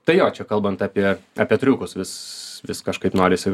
tai jo čia kalbant apie apie triukus vis vis kažkaip norisi